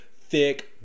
thick